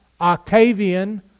Octavian